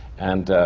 and